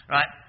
Right